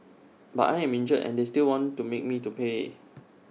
but I am injured and they still want to make me to pay